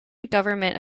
government